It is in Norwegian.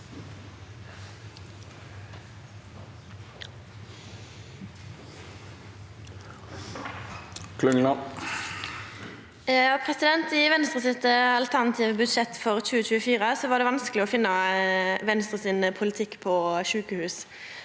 I Venst- res alternative budsjett for 2024 var det vanskeleg å finna Venstres politikk på sjukehus.